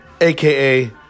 aka